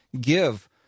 give